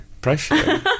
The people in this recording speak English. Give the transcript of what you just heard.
pressure